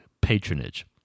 patronage